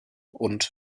und